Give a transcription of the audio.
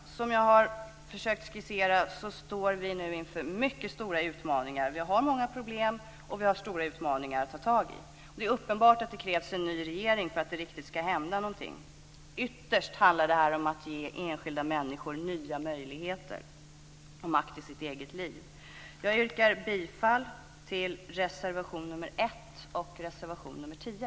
Som jag har försökt skissera står vi nu inför mycket stora utmaningar. Vi har många problem, och vi har stora utmaningar att ta tag i. Det är uppenbart att det krävs en ny regering för att det riktigt ska hända något. Ytterst handlar det här om att ge enskilda människor nya möjligheter och makt i sina egna liv. Jag yrkar bifall till reservation 1 och reservation 10.